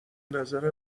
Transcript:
بنظرم